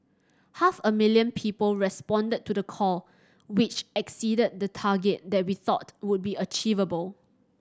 half a million people responded to the call which exceeded the target that we thought would be achievable